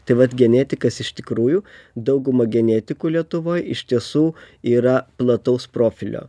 tai vat genetikas iš tikrųjų dauguma genetikų lietuvoj iš tiesų yra plataus profilio